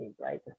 right